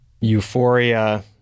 euphoria